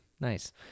nice